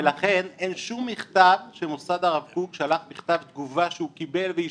לכן אין שום מכתב שמוסד הרב קוק שלח מכתב תגובה שהוא קיבל ואשרר.